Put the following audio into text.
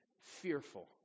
fearful